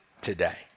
today